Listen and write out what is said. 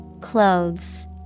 Clothes